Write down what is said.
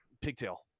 Pigtail